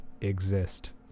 exist